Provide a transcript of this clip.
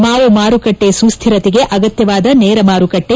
ಮಾವು ಮಾರುಕಟ್ನೆ ಸುಸ್ಸಿರತೆಗೆ ಅಗತ್ಯವಾದ ನೇರ ಮಾರುಕಟ್ಟೆ